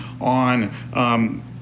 on